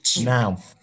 Now